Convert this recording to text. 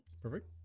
perfect